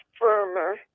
firmer